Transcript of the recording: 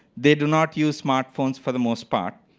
they do not use smartphones for the most part.